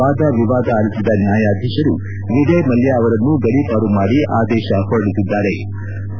ವಾದ ವಿವಾದ ಅಲಿಸಿದ ನ್ನಾಯಾಧೀಶರು ವಿಜಯ್ ಮಲ್ಯ ಅವರನ್ನು ಗಡೀಪಾರು ಮಾಡಿ ಆದೇಶ ಹೊರಡಿಸಿದ್ಗಾರೆ